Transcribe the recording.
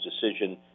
decision